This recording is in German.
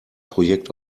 projekt